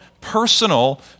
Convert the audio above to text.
personal